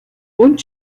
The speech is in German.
und